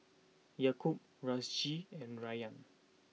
Yaakob Rizqi and Rayyan